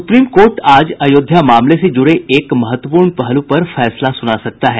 supreme court आज अयोध्या मामले से जुड़े एक महत्वपूर्ण पहलू पर फैसला सुना सकता है